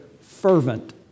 fervent